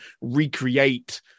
recreate